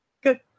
Good